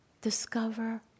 discover